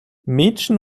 mädchen